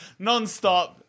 nonstop